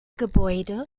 gebäude